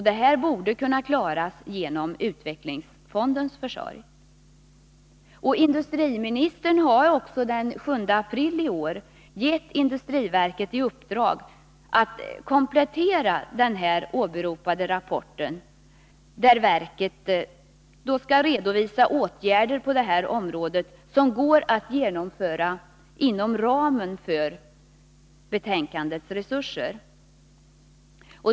Detta borde kunna klaras genom utvecklingsfondens försorg. Industriministern har också den 7 april i år gett industriverket i uppdrag att komplettera den här åberopade rapporten, på så sätt att verket skall redovisa åtgärder på det här området som går att genomföra inom ramen för befintliga resurser.